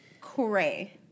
cray